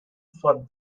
for